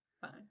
fine